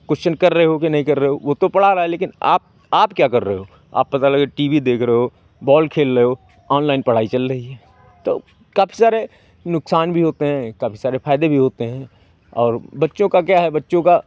question कर रहे हो या नहीं कर रहे हो वो तो पढ़ा रहा है लेकिन आप आप क्या कर रहे हो आप पता लगे टी वी देख रहे हो बॉल खेल रहे हो ऑनलाइन पढ़ाई चल रही है तो काफ़ी सारे नुकसान भी होते हैं काफ़ी सारे फ़ायदे भी होते हैं और बच्चों का क्या है बच्चों का